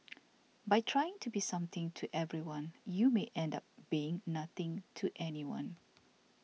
by trying to be something to everyone you may end up being nothing to anyone